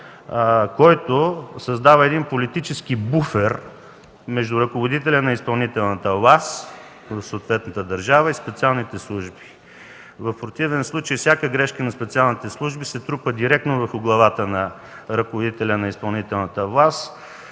който създава политически буфер между ръководителя на изпълнителната власт на съответната държава и специалните служби. В противен случай всяка грешка на специалните служби се трупа директно върху главата на ръководителя на изпълнителната власт.